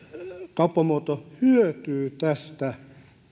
kauppamuoto hyötyy tästä